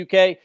UK